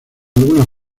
algunas